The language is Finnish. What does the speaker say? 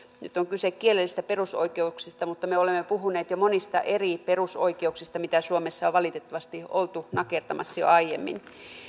nyt on kyse kielellisistä perusoikeuksista mutta me olemme puhuneet jo monista eri perusoikeuksista mitä suomessa on valitettavasti oltu nakertamassa jo aiemmin